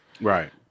right